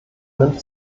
nimmt